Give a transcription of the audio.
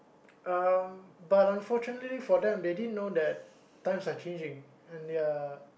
um but unfortunately for them they didn't know that times are changing and they're